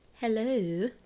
Hello